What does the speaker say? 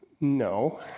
No